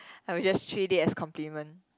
I will just treat it as compliment